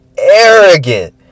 arrogant